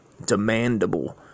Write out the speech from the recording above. demandable